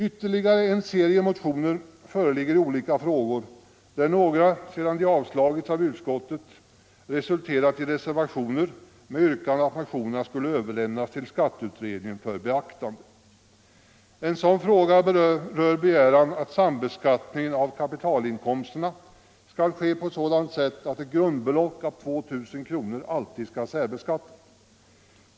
Ytterligare en serie motioner har väckts i olika frågor, där några sedan de avstyrkts av utskottet har resulterat i reservationer med yrkande att motionerna skulle överlämnas till skatteutredningen för beaktande. En sådan fråga rör en begäran att sambeskattningen av kapitalinkomsterna skall ske på sådant sätt att ett grundbelopp på 2 000 kronor alltid skall särbeskattas.